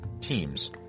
teams